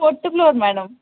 fourth floor madam